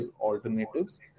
alternatives